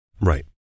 Right